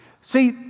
See